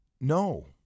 no